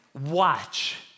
watch